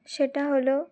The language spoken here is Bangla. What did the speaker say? সেটা হলো